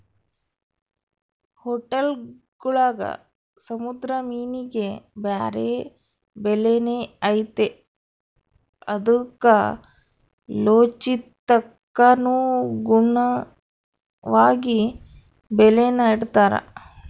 ಹೊಟೇಲ್ಗುಳಾಗ ಸಮುದ್ರ ಮೀನಿಗೆ ಬ್ಯಾರೆ ಬೆಲೆನೇ ಐತೆ ಅದು ಕಾಲೋಚಿತಕ್ಕನುಗುಣವಾಗಿ ಬೆಲೇನ ಇಡ್ತಾರ